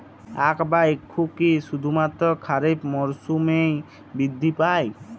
আখ বা ইক্ষু কি শুধুমাত্র খারিফ মরসুমেই বৃদ্ধি পায়?